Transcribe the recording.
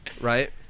right